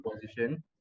position